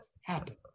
happen